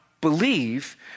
believe